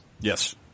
Yes